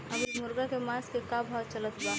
अभी मुर्गा के मांस के का भाव चलत बा?